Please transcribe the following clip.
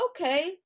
okay